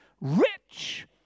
rich